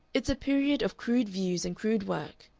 it's a period of crude views and crude work,